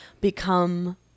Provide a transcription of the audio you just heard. become